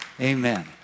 amen